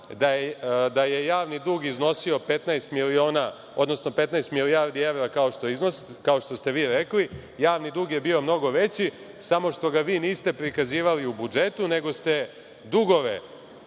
da je javni dug iznosi 15 milijardi evra, kao što ste rekli, javni dug je bio mnogo veći, samo što ga vi niste prikazivali u budžetu nego ste dugove